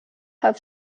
have